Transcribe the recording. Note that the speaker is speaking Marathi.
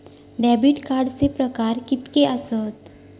डेबिट कार्डचे प्रकार कीतके आसत?